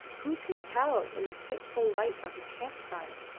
who can tell in the fitful light of a camp fire?